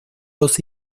los